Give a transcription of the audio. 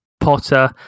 Potter